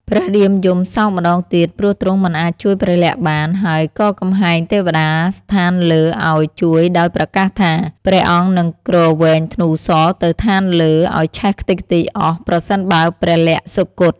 ព្រះរាមយំ សោកម្តងទៀត ព្រោះទ្រង់មិនអាចជួយព្រះលក្សណ៍បាន ហើយក៏កំហែងទេវតាស្ថានលើឱ្យ ជួយដោយប្រកាសថា ព្រះអង្គនឹងគ្រវែងធ្នូសរទៅស្ថានលើឱ្យឆេះខ្ទេចខ្ទីអស់ ប្រសិនបើព្រះលក្សណ៍សុគត។